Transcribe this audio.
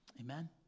Amen